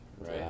Right